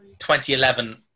2011